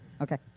Okay